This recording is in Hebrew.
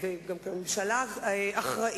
אמרו לי: תשמע, דבר קטן.